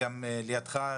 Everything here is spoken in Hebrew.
גם דן ורשבסקי שיושב לידך,